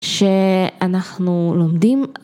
שאנחנו לומדים